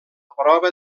prova